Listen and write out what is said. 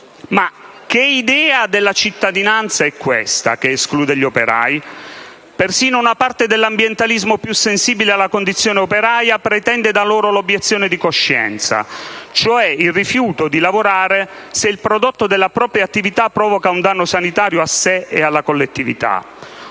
Ma che idea della cittadinanza è questa che esclude gli operai? Persino una parte dell'ambientalismo più sensibile alla condizione operaia pretende da loro l'obiezione di coscienza, cioè il rifiuto di lavorare se il prodotto della propria attività provoca un danno sanitario a sé e alla collettività.